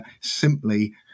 simply